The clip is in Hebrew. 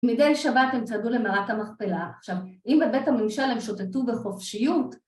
מדי שבת הם צעדו למערת המכפלה, עכשיו אם בבית הממשל הם שוטטו בחופשיות